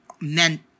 meant